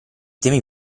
temi